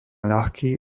ľahký